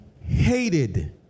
hated